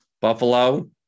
Buffalo